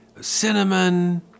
cinnamon